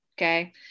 Okay